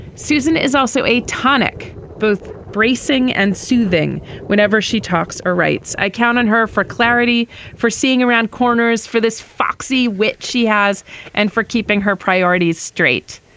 susan is also a tonic both bracing and soothing whenever she talks or writes i count on her for clarity for seeing around corners for this foxy which she has and for keeping her priorities straight.